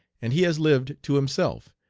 and he has lived to himself,